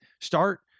Start